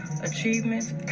achievements